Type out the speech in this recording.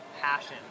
passion